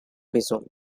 bison